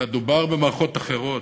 אלא דובר במערכות אחרות,